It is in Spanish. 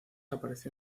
apareció